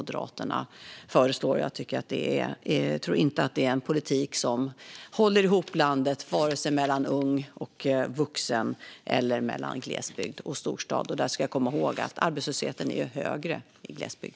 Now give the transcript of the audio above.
Det är ingen politik som håller ihop landet, vare sig mellan ung och vuxen eller mellan glesbygd och storstad - och låt oss komma ihåg att arbetslösheten är högre i glesbygd.